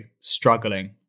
struggling